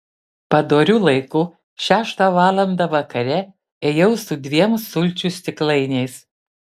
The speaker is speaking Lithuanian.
padoriu laiku šeštą valandą vakare ėjau su dviem sulčių stiklainiais